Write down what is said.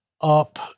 up